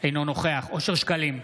אינו נוכח אושר שקלים,